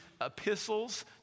epistles